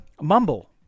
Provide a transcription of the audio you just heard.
mumble